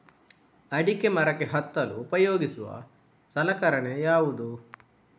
ಅಡಿಕೆ ಮರಕ್ಕೆ ಹತ್ತಲು ಉಪಯೋಗಿಸುವ ಸಲಕರಣೆ ಯಾವುದು?